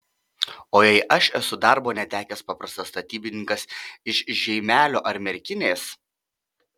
o jei aš esu darbo netekęs paprastas statybininkas iš žeimelio ar merkinės